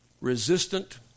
resistant